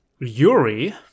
Yuri